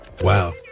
Wow